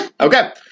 Okay